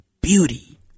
beauty